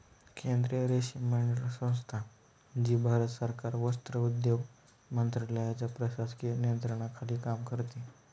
केंद्रीय रेशीम मंडळ संस्था, जी भारत सरकार वस्त्रोद्योग मंत्रालयाच्या प्रशासकीय नियंत्रणाखाली काम करते